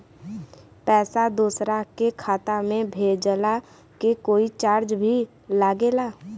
पैसा दोसरा के खाता मे भेजला के कोई चार्ज भी लागेला?